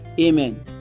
Amen